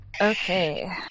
Okay